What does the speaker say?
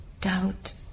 doubt